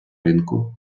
ринку